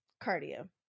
Cardio